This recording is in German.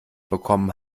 bekommen